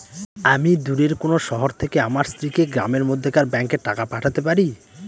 আমি দূরের কোনো শহর থেকে আমার স্ত্রীকে গ্রামের মধ্যেকার ব্যাংকে টাকা পাঠাতে পারি?